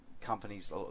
companies